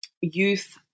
youth